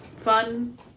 fun